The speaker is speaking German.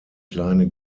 kleine